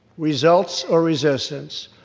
results or resistance,